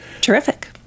Terrific